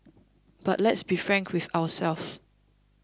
but let's be frank with ourselves